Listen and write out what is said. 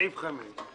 סעיף 5,